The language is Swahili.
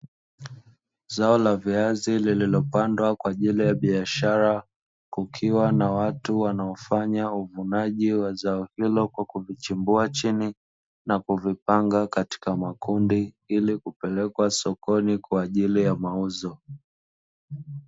Zao la viazi lililopandwa kwa ajili ya biashara, kukiwa na watu wanaofanya uvunaji wa zao hilo kwa kuvichimbua chini, na kuvipanga katika makundi, ili kupelekwa sokoni kwa ajili ya mauzo.